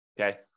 okay